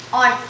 on